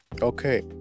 Okay